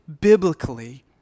biblically